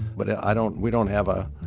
but i don't we don't have a,